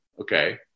Okay